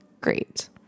great